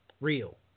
real